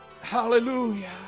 Hallelujah